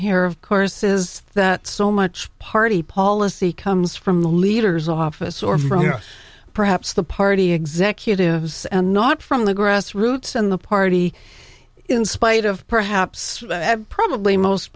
here of course is that so much party policy comes from the leader's office or from perhaps the party executives and not from the grassroots in the party in spite of perhaps probably most